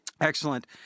Excellent